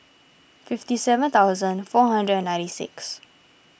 fifty seven thousand four hundred and ninety six